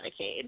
Medicaid